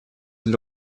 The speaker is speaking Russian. для